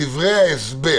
בדברי ההסבר